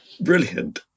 Brilliant